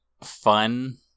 fun